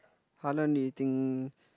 how long do you think